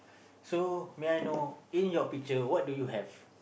so may I know in your picture what do you have